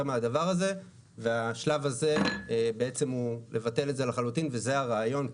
מהדבר הזה והשלב הזה הוא בעצם לבטל את זה לחלוטין וזה הרעיון פה.